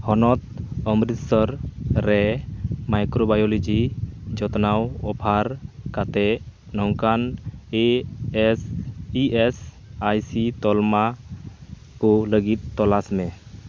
ᱦᱚᱱᱚᱛ ᱚᱢᱨᱤᱛᱥᱚᱨ ᱨᱮ ᱢᱟᱭᱠᱨᱳᱵᱟᱭᱳᱞᱚᱡᱤ ᱡᱚᱛᱱᱟᱣ ᱚᱯᱷᱟᱨ ᱠᱟᱛᱮᱫ ᱱᱚᱝᱠᱟᱱ ᱤ ᱮᱥ ᱟᱭ ᱥᱤ ᱛᱚᱞᱢᱟᱠᱚ ᱞᱟᱹᱜᱤᱫ ᱛᱚᱞᱟᱥᱢᱮ